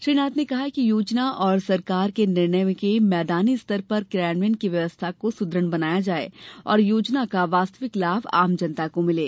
श्री नाथ ने कहा कि योजना और सरकार के निर्णय के मैदानी स्तर पर क्रियान्वयन की व्यवस्था को सुदृढ़ बनाया जाये और योजना का वास्तविक लाभ आम जनता को मिले